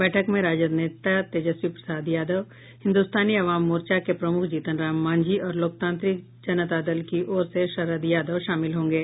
बैठक में राजद नेता तेजस्वी प्रसाद यादव हिन्द्रस्तानी अवाम मोर्चा के प्रमुख जीतन राम मांझी और लोकतांत्रिक जनता दल की ओर से शरद यादव शामिल होंगे